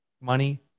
money